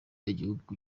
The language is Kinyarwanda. igihugu